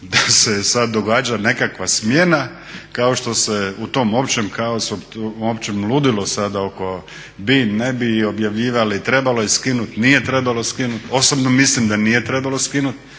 da se sad događa nekakva smjena kao što se u tom općem kaosu, u općem ludilu sada oko bi, ne bi objavljivali, trebalo je skinuti, nije trebalo skinuti. Osobno mislim da nije trebalo skinuti